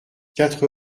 quatre